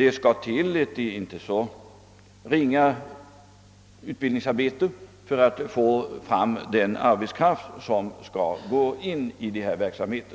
Ett inte så ringa utbildningsarbete måste till för att få fram den arbetskraft som skulle sysselsättas i denna verksamhet.